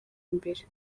imbere